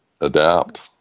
adapt